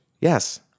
Yes